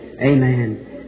Amen